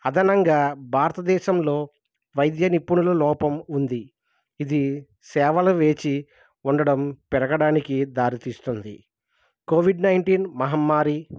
అదనంగా భారతదేశంలో వైద్య నిపుణుల లోపం ఉంది ఇది సేవలు వేచి ఉండడం పెరగడానికి దారితీస్తుంది కోవిడ్ నైన్టీన్ మహమ్మారి